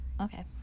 Okay